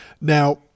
Now